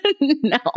No